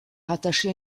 rattachée